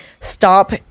stop